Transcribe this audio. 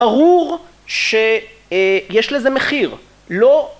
ברור שיש לזה מחיר לא